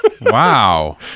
Wow